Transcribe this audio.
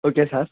okay sir